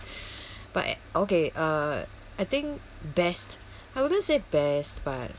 but okay uh I think best I wouldn't say best but